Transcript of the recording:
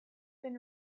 been